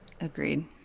Agreed